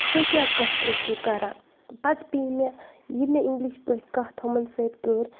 تُہۍ کیٛاہ کَتھ ٲسِو کَران پَتہٕ پیٚیہِ مےٚ یہِ مےٚ اِنٛگلِش پٲٹھۍ کَتھ ہُمَن سۭتۍ کٔر